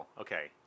Okay